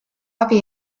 abi